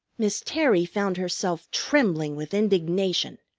miss terry found herself trembling with indignation.